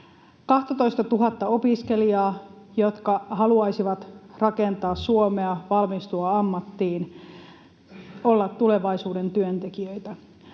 12 000:ta opiskelijaa, jotka haluaisivat rakentaa Suomea, valmistua ammattiin, olla tulevaisuuden työntekijöitä.